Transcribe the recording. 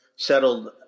settled